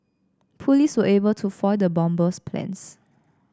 police were able to foil the bomber's plans